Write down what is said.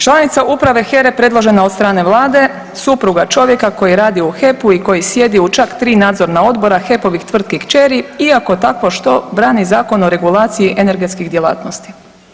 Članica uprave HERE predložena od strane Vlade, supruga čovjeka koji radi u HEP-u i koji sjedi u čak 3 nadzorna odbora HEP-ovih tvrtki kćeri iako takvo što brani Zakon o regulaciji energetskih djelatnosti.